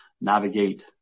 navigate